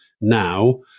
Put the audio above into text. now